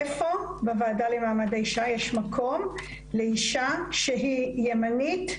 איפה בוועדה למעמד האישה יש מקום לאישה שהיא ימנית,